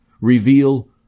reveal